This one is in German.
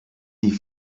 die